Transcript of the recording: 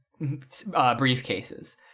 briefcases